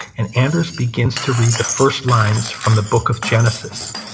and anders begins to read the first lines from the book of genesis,